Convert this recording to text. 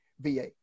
VA